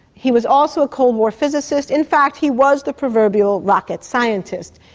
he was also a cold war physicist, in fact he was the proverbial rocket scientist.